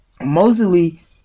Mostly